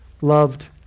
loved